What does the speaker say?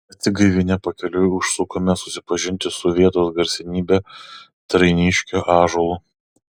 atsigaivinę pakeliui užsukome susipažinti su vietos garsenybe trainiškio ąžuolu